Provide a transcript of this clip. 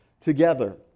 together